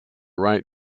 right